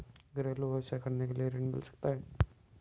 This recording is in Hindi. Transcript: घरेलू व्यवसाय करने के लिए ऋण मिल सकता है?